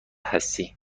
هستی